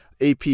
AP